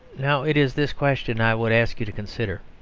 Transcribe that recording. now, it is this question i would ask you to consider